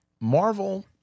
Marvel